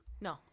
No